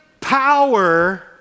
power